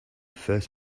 first